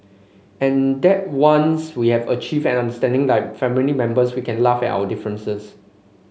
and that once we have achieved an understanding like family members we can laugh at our differences